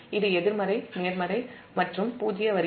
இது நேர்மறை எதிர்மறைமற்றும் பூஜ்ஜிய வரிசை கூறுகள்